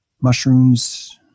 mushrooms